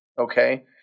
okay